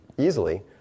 easily